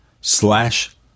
slash